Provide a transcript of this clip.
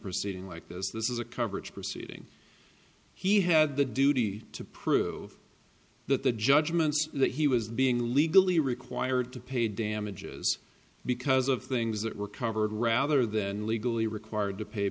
proceeding like this this is a coverage proceeding he had the duty to prove that the judgments that he was being legally required to pay damages because of things that were covered rather than legally required to pay